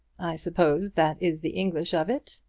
i suppose that is the english of it?